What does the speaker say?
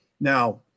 Now